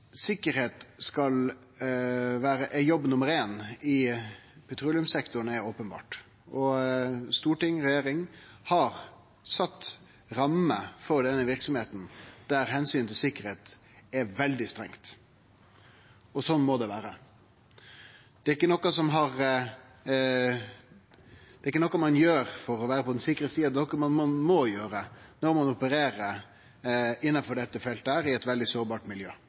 sikkerheit skal vere jobb nummer éin i petroleumssektoren, er openbert. Storting og regjering har sett rammer for denne verksemda, der omsynet til sikkerheit er veldig strengt. Slik må det vere. Det er ikkje noko ein gjer for å vere på den sikre sida, det er noko ein må gjere når ein opererer innanfor dette feltet – i eit veldig sårbart miljø